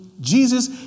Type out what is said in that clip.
Jesus